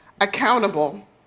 accountable